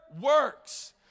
works